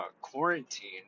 quarantine